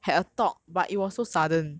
orh oh oh